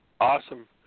Awesome